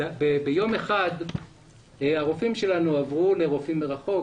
ביום אחד הרופאים שלנו עברו לרופאים מרחוק